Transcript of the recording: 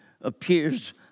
appears